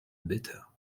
better